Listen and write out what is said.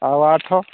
ଆଉ ଆଠ